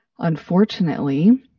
Unfortunately